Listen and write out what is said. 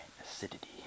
acidity